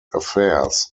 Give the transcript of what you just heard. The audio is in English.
affairs